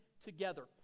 together